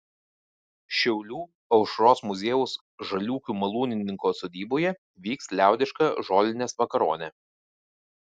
šiaulių aušros muziejaus žaliūkių malūnininko sodyboje vyks liaudiška žolinės vakaronė